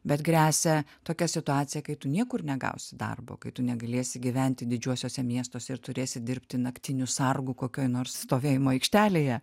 bet gresia tokia situacija kai tu niekur negausi darbo kai tu negalėsi gyventi didžiuosiuose miestuose ir turėsi dirbti naktiniu sargu kokioj nors stovėjimo aikštelėje